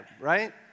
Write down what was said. right